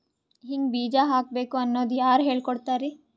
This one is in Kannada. ಹಿಂಗ್ ಬೀಜ ಹಾಕ್ಬೇಕು ಅನ್ನೋದು ಯಾರ್ ಹೇಳ್ಕೊಡ್ತಾರಿ?